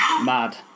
mad